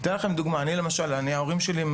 אני אתן לכם לדוגמה את ההורים שלי,